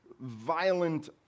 violent